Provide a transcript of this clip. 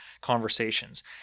conversations